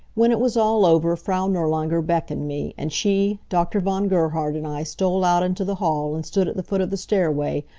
when it was all over frau nirlanger beckoned me, and she, dr. von gerhard and i stole out into the hall and stood at the foot of the stairway,